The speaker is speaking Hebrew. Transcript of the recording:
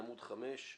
עמוד 5,